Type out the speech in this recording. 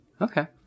Okay